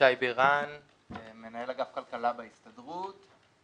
שי בירן, מנהל אגף כלכלה בהסתדרות.